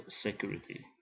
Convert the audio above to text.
security